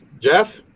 Jeff